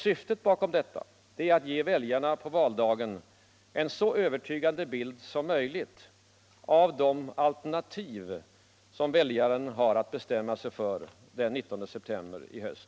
Syftet bakom detta är att ge väljaren på valdagen en så övertygande bild som möjligt av de alternativ som väljaren har att bestämma sig för den 19 september i höst.